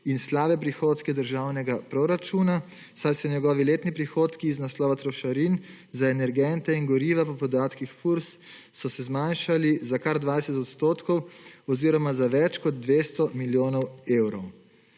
in slabe prihodke državnega proračuna, saj se njegovi letni prihodki iz naslova trošarin za energente in goriva po podatkih Furs, so se zmanjšali za kar 20 % oziroma za več kot 200 milijonov evrov.